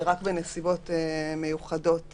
ורק בנסיבות מיוחדות,